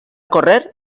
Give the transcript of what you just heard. correr